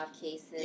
cases